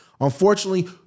Unfortunately